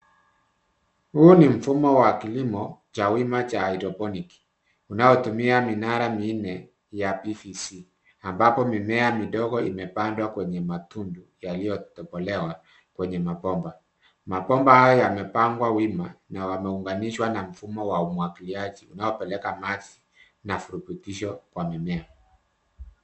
Huu ni mfumo wa kilimo cha hydroponic inayotumika minara minne ya pvc ambapo mimea midogo imepandwa kwenye matundu iliyotopolewa kwenye mapomba haya yamepangwa wima na yameunganishwa na mfumo wa umwakiliaji unaopeleka maji na Kwa flutilisho kwa mimea.